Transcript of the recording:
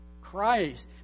Christ